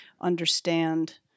understand